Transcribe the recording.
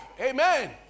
amen